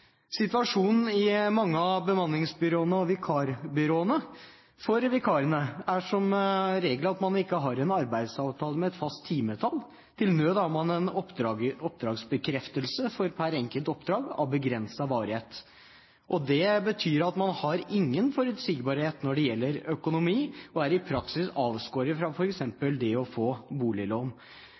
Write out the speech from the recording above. Situasjonen i mange av bemanningsbyråene og vikarbyråene er som regel at vikarene ikke har en arbeidsavtale med et fast timetall. Til nød har de en oppdragsbekreftelse for hvert enkelt oppdrag, av begrenset varighet. Det betyr at man har ingen forutsigbarhet når det gjelder økonomi, og er i praksis avskåret fra f.eks. det å få boliglån.